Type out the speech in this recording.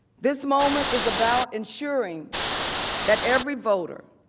this moment is about ensuring that every voter,